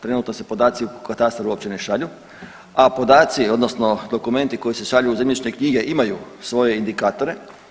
Trenutno se podaci u katastar uopće ne šalju, a podaci odnosno dokumenti koji se šalju u zemljišne knjige imaju svoje indikatore.